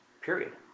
Period